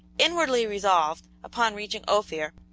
inwardly resolved, upon reaching ophir,